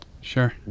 sure